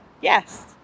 Yes